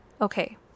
Okay